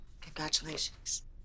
Congratulations